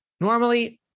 Normally